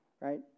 right